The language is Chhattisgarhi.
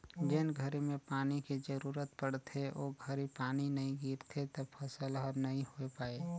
जेन घरी में पानी के जरूरत पड़थे ओ घरी पानी नई गिरथे त फसल हर नई होय पाए